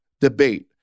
debate